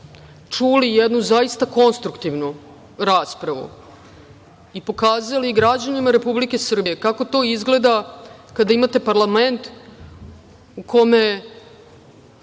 čuli jednu zaista konstruktivnu raspravu i pokazali građanima Republike Srbije kako to izgleda kada imate parlament u kome